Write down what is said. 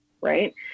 Right